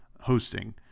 hosting